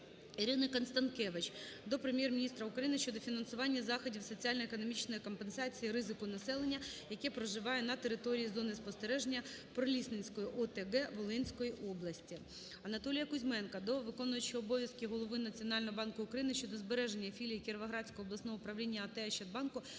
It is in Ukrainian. Ірини Констанкевич до Прем'єр-міністра України щодо фінансування заходів соціально-економічної компенсації ризику населення, яке проживає на території зони спостереження Прилісненської ОТГ Волинської області. Анатолія Кузьменка до виконуючому обов'язки голови Національного банку України щодо збереження філії Кіровоградського обласного управління АТ "Ощадбанку"